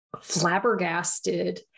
flabbergasted